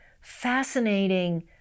fascinating